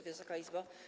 Wysoka Izbo!